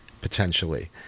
potentially